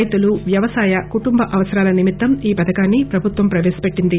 రైతులు వ్యవసాయ కుటుంబ అవసరాల నిమిత్తం ఈ పథకాన్ని ప్రభుత్వం ప్రపేశ పెట్టింది